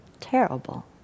terrible